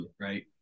right